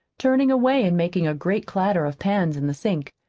turning away and making a great clatter of pans in the sink.